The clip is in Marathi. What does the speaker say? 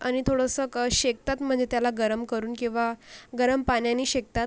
आणि थोडंसं शेकतात म्हणजे त्याला गरम करून किंवा गरम पाण्याने शेकतात